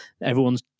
everyone's